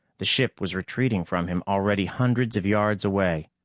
the ship was retreating from him already hundreds of yards away.